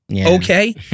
Okay